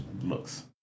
looks